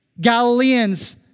Galileans